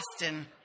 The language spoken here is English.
Austin